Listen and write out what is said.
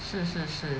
是是是